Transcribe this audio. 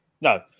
No